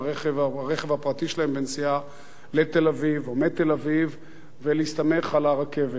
הרכב הפרטי שלהם בנסיעה לתל-אביב או מתל-אביב ולהסתמך על הרכבת.